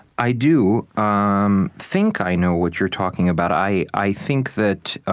i do um think i know what you're talking about. i i think that